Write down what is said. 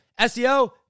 SEO